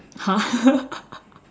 !huh!